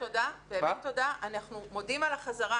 תודה, באמת תודה, אנחנו מודים על הזרה,